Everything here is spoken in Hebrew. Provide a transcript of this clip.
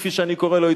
כפי שאני קורא לו,